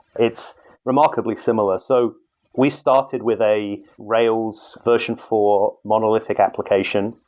it's remarkably similar. so we started with a rails version four monolithic application.